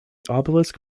obelisk